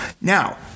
Now